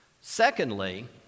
Secondly